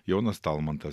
jonas talmantas